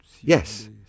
Yes